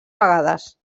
vegades